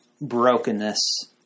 brokenness